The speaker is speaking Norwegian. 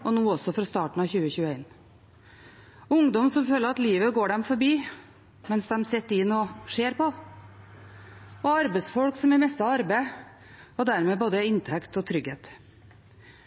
og nå også fra starten av 2021, for ungdom som føler at livet går dem forbi mens de sitter inne og ser på, og for arbeidsfolk som har mistet arbeidet og dermed både inntekt og trygghet.